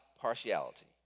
partiality